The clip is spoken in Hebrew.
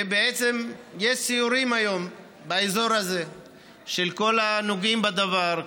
ויש סיורים היום באזור הזה של כל הנוגעים בדבר,